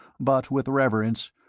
but with reverence,